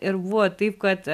ir buvo taip kad